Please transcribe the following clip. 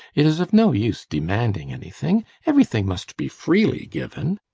it is of no use demanding anything. everything must be freely given.